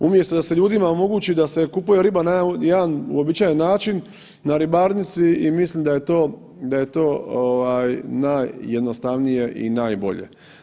Umjesto da se ljudima omogući da se kupuje riba na jedan uobičajen način na ribarnici i mislim da je to najjednostavnije i najbolje.